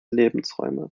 lebensräume